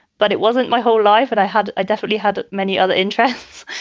but it wasn't my whole life that i had. i definitely had many other interests.